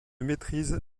maîtrise